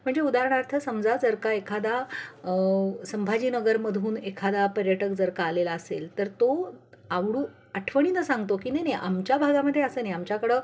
म्हणजे उदाहरणार्थ समजा जर का एखादा संभाजीनगरमधून एखादा पर्यटक जर का आलेला असेल तर तो आवडू आठवणीनं सांगतो की नाही नाही आमच्या भागामध्ये असं नाही आमच्याकडं